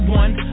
one